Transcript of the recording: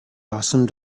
awesome